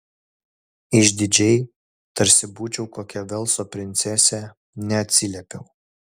išdidžiai tarsi būčiau kokia velso princesė neatsiliepiau